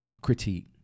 critique